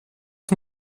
ich